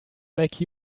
like